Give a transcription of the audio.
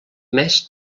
més